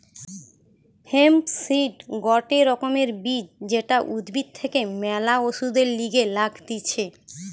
hemp seed গটে রকমের বীজ যেটা উদ্ভিদ থেকে ম্যালা ওষুধের লিগে লাগতিছে